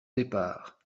départ